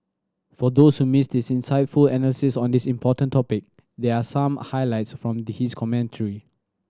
for those who missed his insightful analysis on this important topic there are some highlights from the his commentary